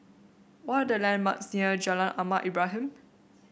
what are the landmarks near Jalan Ahmad Ibrahim